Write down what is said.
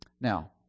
Now